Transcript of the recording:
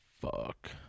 Fuck